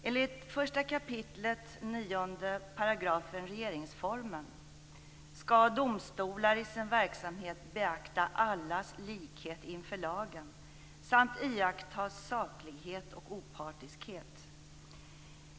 Enligt 1 kap. 9 § regeringsformen skall domstolar i sin verksamhet beakta allas likhet inför lagen samt iaktta saklighet och opartiskhet.